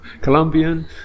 Colombian